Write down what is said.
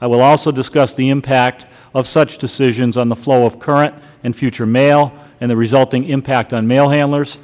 i will also discuss the impact of such decisions on the flow of current and future mail and the resulting impact on mail handlers